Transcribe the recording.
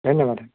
ধন্যবাদ